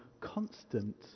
constant